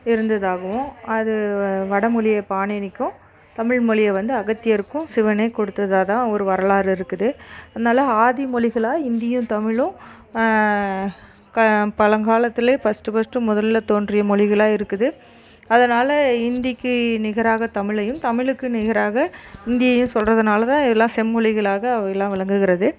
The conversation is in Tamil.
இருந்ததாகவும் அது வடமொழியை பாணினிக்கு தமிழ் மொழியை வந்து அகத்தியருக்கும் சிவனே கொடுத்ததா தான் ஒரு வரலாறு இருக்குது அதனால் ஆதி மொழி சொல்லாக இந்தியும் தமிழும் க பழங்காலத்துல ஃபர்ஸ்ட்டு ஃபர்ஸ்ட்டு முதல்ல தோன்றிய மொழிகளாக இருக்குது அதனால் இந்திக்கு நிகராக தமிழையும் தமிழுக்கு நிகராக இந்தியையும் சொல்லுறதுனால தான் எல்லா செம்மொழிகளாக எல்லாம் விளங்குகிறது